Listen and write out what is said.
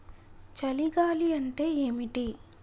చలి గాలి అంటే ఏమిటి?